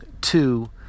two